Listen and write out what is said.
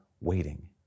waiting